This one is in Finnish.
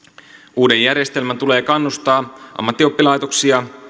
uuden järjestelmän tulee kannustaa ammattioppilaitoksia